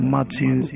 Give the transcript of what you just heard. Matthew